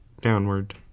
downward